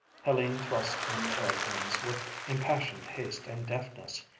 helene thrust in the hairpins with impassioned haste and deftness,